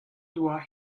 doa